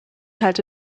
halte